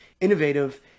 innovative